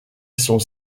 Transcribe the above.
sont